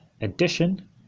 addition